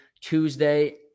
Tuesday